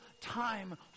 time